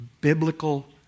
biblical